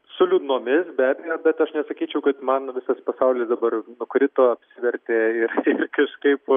su liūdnomis be abejo bet aš nesakyčiau kad man visas pasaulis dabar nukrito apsivertė ir ir kažkaip